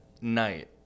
night